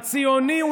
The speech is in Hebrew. הציוני,